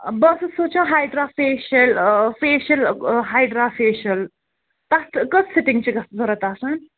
آ بہٕ ٲسٕس سونٛچان ہاڈرا فیشَل فیشَل ہاڈرا فیشَل تَتھ کٔژ سِٹِنٛگ چھِ ضروٗرت آسان